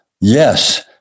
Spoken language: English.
Yes